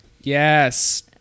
Yes